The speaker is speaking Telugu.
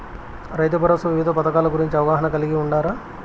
రైతుభరోసా వివిధ పథకాల గురించి అవగాహన కలిగి వుండారా?